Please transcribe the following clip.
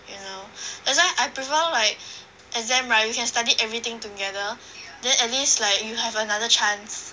you know that's why I prefer like exam right you can study everything together then at least like you have another chance